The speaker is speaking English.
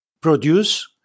produce